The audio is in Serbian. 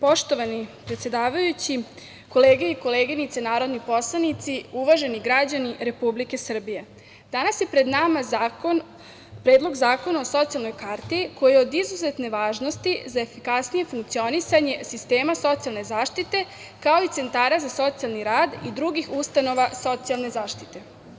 Poštovani predsedavajući, kolege i koleginice narodni poslanici, uvaženi građani Republike Srbije, danas je pred nama Predlog zakona o socijalnoj karti koji je od izuzetne važnosti za efikasnije funkcionisanje sistema socijalne zaštite, kao i centara za socijalni rad i drugih ustanova socijalne zaštite.